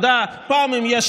פעם עם מפלגת העבודה,